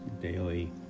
daily